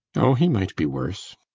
oh, he might be worse.